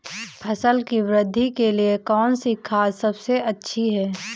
फसल की वृद्धि के लिए कौनसी खाद सबसे अच्छी है?